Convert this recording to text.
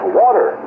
water